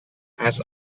has